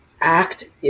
act